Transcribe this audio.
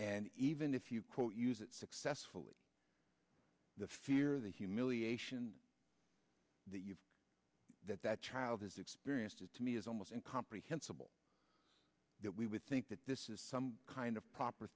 and even if you quote use it successfully the fear the humiliation that you've that that child has experienced it to me is almost uncomprehensible that we would think that this is some kind of proper